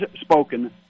spoken